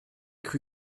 cru